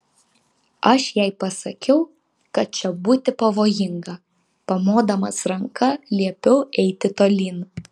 aš jai pasakiau kad čia būti pavojinga pamodamas ranka liepiau eiti tolyn